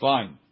Fine